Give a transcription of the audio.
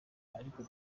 ariko